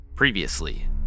Previously